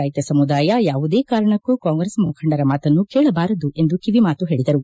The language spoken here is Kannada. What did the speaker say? ರೈತ ಸಮುದಾಯ ಯಾವುದೇ ಕಾರಣಕೂ ಕಾಂಗ್ರೆಸ್ ಮುಖಂಡರ ಮಾತನ್ನು ಕೇಳಬಾರದು ಎಂದು ಕಿವಿ ಮಾತು ಹೇಳಿದರು